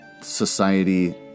society